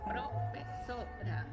Profesora